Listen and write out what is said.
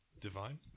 divine